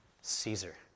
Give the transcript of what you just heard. Caesar